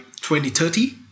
2030